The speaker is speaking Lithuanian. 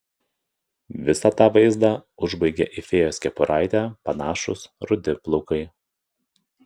visą tą vaizdą užbaigė į fėjos kepuraitę panašūs rudi plaukai